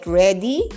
ready